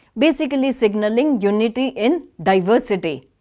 basically signalling unity in diversity.